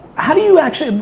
how do you actually,